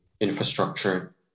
infrastructure